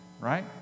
right